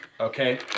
Okay